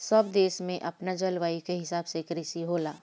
सब देश में अपना जलवायु के हिसाब से कृषि होला